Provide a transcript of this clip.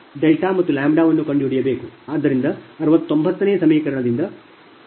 delta ಮತ್ತು ಲ್ಯಾಂಬ್ಡಾವನ್ನು ಕಂಡುಹಿಡಿಯಬೇಕು